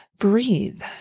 breathe